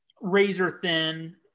razor-thin